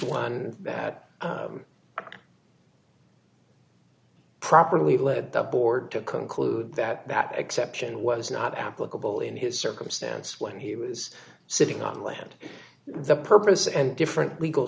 one that properly led the board to conclude that that exception was not applicable in his circumstance when he was sitting on land the purpose and different legal